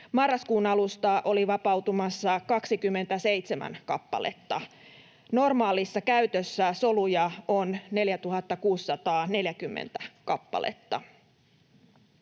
Marraskuun alusta oli vapautumassa 27 kappaletta. Normaalissa käytössä soluja on 4 640 kappaletta.